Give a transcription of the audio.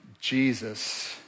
Jesus